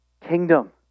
kingdom